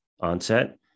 onset